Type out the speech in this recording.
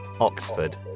Oxford